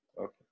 Okay